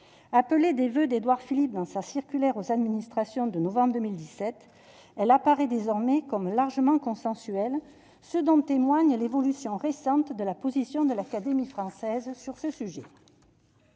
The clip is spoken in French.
Appelée des voeux d'Édouard Philippe dans sa circulaire aux administrations de novembre 2017, elle apparaît désormais comme largement consensuelle, ce dont témoigne l'évolution récente de la position de l'Académie française sur le sujet.